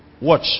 watch